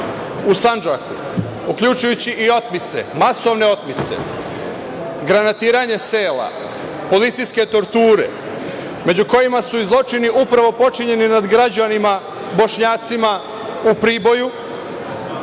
u Sandžaku, uključujući i otmice, masovne otmice, granatiranje sela, policijske torture, među kojima su i zločini upravo počinjeni nad građanima, bošnjacima u Priboju.